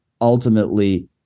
ultimately